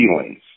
feelings